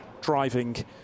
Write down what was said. driving